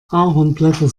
ahornblätter